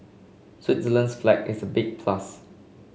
Switzerland's flag is a big plus